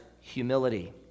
humility